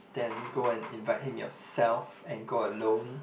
then go and invite him yourself and go alone